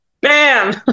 Bam